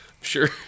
Sure